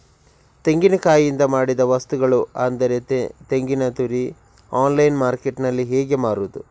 ತೆಂಗಿನಕಾಯಿಯಿಂದ ಮಾಡಿದ ವಸ್ತುಗಳು ಅಂದರೆ ತೆಂಗಿನತುರಿ ಆನ್ಲೈನ್ ಮಾರ್ಕೆಟ್ಟಿನಲ್ಲಿ ಹೇಗೆ ಮಾರುದು?